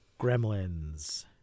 Gremlins